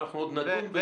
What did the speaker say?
אבל אנחנו עוד נדון בזה.